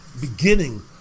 beginning